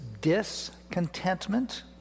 discontentment